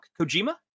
Kojima